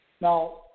Now